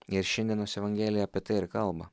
ir šiandienos evangelija apie tai ir kalba